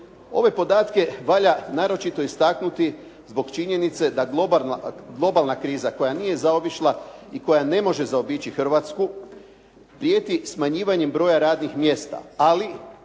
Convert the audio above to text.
Ove podatke valja naročito istaknuti zbog činjenice da globalna kriza koja nije zaobišla i koja ne može zaobići Hrvatsku prijeti smanjivanjem broja radnih mjesta, ali